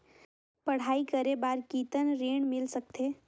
पढ़ाई करे बार कितन ऋण मिल सकथे?